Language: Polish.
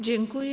Dziękuję.